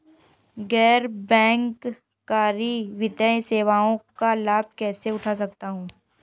गैर बैंककारी वित्तीय सेवाओं का लाभ कैसे उठा सकता हूँ?